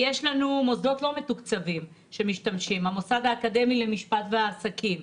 יש לנו מוסדות לא מתוקצבים שמשתמשים המוסד האקדמי למשפט ועסקים.